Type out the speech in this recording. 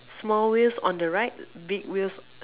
small wheels on the right big wheels